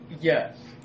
Yes